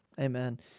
Amen